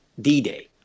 D-Day